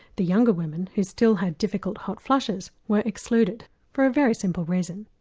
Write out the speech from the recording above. the younger women who still had difficult hot flushes were excluded for a very simple reason.